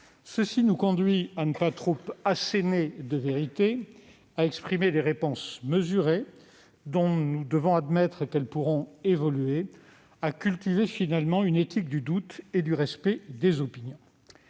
Cela nous conduit à ne pas trop asséner de vérités, à exprimer des réponses mesurées, dont nous devons admettre qu'elles pourront évoluer, à cultiver en définitive une éthique du doute et du respect des opinions.